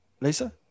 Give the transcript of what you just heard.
Lisa